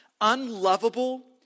unlovable